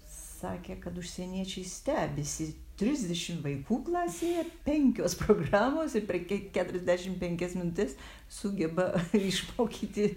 sakė kad užsieniečiai stebisi trisdešim vaikų klasėje penkios programos ir per ki keturiasdešim penkias minutes sugeba išmokyti